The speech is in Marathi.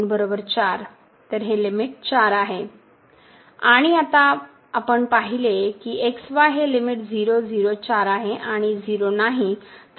आणि आता आपण पाहिले आहे की x y हे लिमिट 00 4 आहे आणि 0 नाही